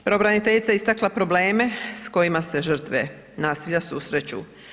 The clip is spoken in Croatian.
Pravobraniteljica je istakla probleme s kojima se žrtve nasilja susreću.